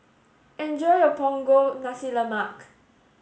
enjoy your Punggol Nasi Lemak